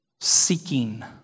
Seeking